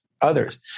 others